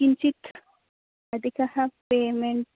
किञ्चित् अधिकं पेमेण्